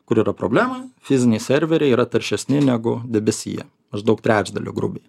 kur yra problema fiziniai serveriai yra taršesni negu debesija maždaug trečdaliu grubiai